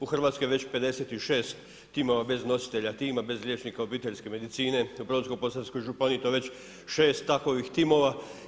U Hrvatskoj je već 56 timova bez nositelja tima, bez liječnika obiteljske medicine, u Brodsko-posavskoj županiji to je već 6 takvih timova.